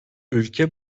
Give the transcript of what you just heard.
ülke